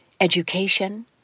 education